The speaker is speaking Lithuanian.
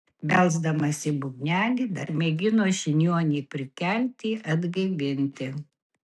belsdamas į būgnelį dar mėgino žiniuonį prikelti atgaivinti